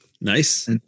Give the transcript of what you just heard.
Nice